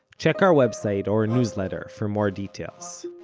check our website or newsletter for more details